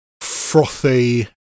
frothy